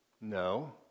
No